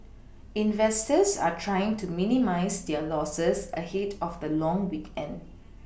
investors are trying to minimise their Losses ahead of the long weekend